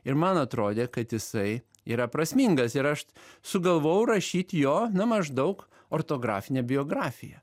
ir man atrodė kad jisai yra prasmingas ir aš sugalvojau rašyti jo na maždaug ortografinę biografiją